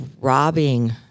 robbing